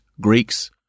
Greeks